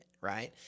right